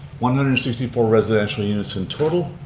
one hundred and sixty four residential units in total,